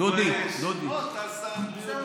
בושה וחרפה.